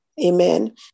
Amen